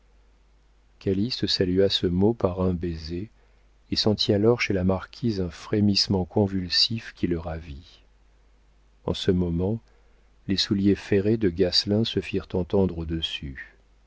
salua ce mot par un baiser et sentit alors chez la marquise un frémissement convulsif qui le ravit en ce moment les souliers ferrés de gasselin se firent entendre